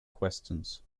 questions